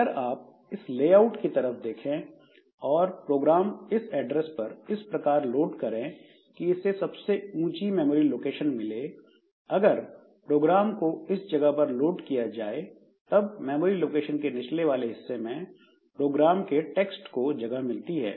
अगर आप इस लेआउट की तरफ देखें और प्रोग्राम इस एड्रेस पर इस प्रकार लोड करे कि इसे सबसे ऊंची मेमोरी लोकेशन मिले अगर प्रोग्राम को इस जगह पर लोड किया जाए तब मेमोरी लोकेशन के निचले वाले हिस्से मैं प्रोग्राम के टेक्स्ट को जगह मिलती है